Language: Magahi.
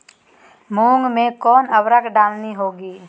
मूंग में कौन उर्वरक डालनी होगी?